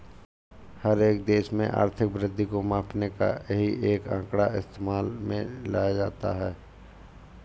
हर एक देश में आर्थिक वृद्धि को मापने का यही एक आंकड़ा इस्तेमाल में लाया जाता है